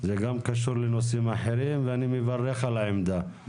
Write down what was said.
זה גם קשור לנושאים אחרים ואני מברך על העמדה.